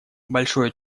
большое